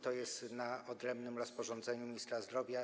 To jest w odrębnym rozporządzeniu ministra zdrowia.